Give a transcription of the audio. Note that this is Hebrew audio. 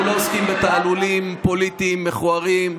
אנחנו לא עוסקים בתעלולים פוליטיים מכוערים,